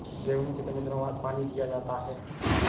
गेहूँ में कितने दिनों बाद पानी दिया जाता है?